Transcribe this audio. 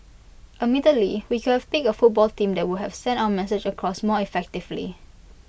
admittedly we could have picked A football team that would have sent our message across more effectively